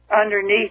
underneath